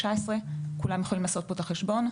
2019. כולם יכולים לעשות פה את החשבון,